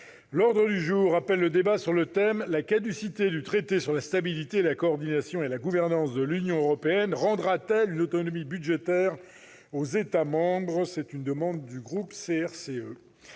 avons terminé avec le débat sur le thème « La caducité du traité sur la stabilité, la coordination et la gouvernance de l'Union européenne rendra-t-elle une autonomie budgétaire aux États membres ?» Mes chers collègues,